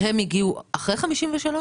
הם הגיעו אחרי 53'?